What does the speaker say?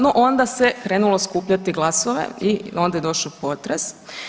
No onda se krenulo skupljati glasove i onda je došao potres.